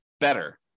better